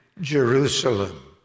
Jerusalem